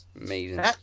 Amazing